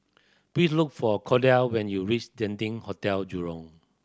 please look for Cordell when you reach Genting Hotel Jurong